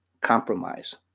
compromise